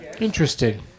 Interesting